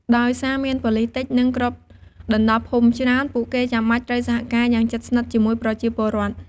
ដោយសារមាន ប៉ូលិសតិច និងគ្របដណ្ដប់ភូមិច្រើន ពួកគេចាំបាច់ត្រូវសហការយ៉ាងជិតស្និទ្ធជាមួយប្រជាពលរដ្ឋ។